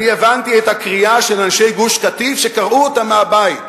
אני הבנתי את הקריעה של אנשי גוש-קטיף כשקרעו אותם מהבית,